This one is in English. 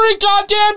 goddamn